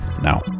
Now